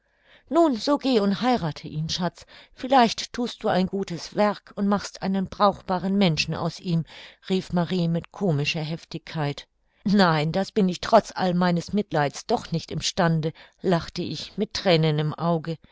nun so geh und heirathe ihn schatz vielleicht thust du ein gutes werk und machst einen brauchbaren menschen aus ihm rief marie mit komischer heftigkeit nein das bin ich trotz all meines mitleids doch nicht im stande lachte ich mit thränen im auge